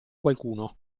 qualcuno